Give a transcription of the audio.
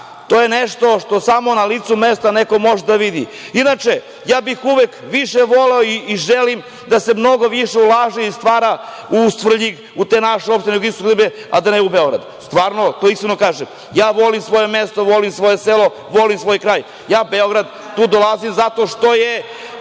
to je nešto što samo na licu mesta neko može da vidi. Inače, ja bih uvek više voleo i želim da se mnogo više ulaže i stvara u Svrljig, u te naše opštine jugoistočne Srbije, a ne u Beogradu. Stvarno, to iskreno kažem. Ja volim svoje mesto, volim svoje selo, volim svoj kraj. Ja u Beograd dolazim zato što je